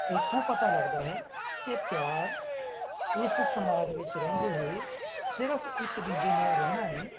ਇੱਥੋਂ ਪਤਾ ਲੱਗਦਾ ਹੈ ਕਿ ਪਿਆਰ ਇਸ ਸਮਾਜ ਵਿੱਚ ਰਹਿੰਦੇ ਹੋਏ ਸਿਰਫ ਇੱਕ ਦੂਜੇ ਨਾਲ ਰਹਿਣਾ ਨਹੀਂ